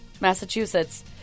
Massachusetts